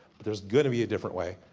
but there's gonna be a different way.